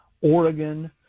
Oregon